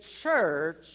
church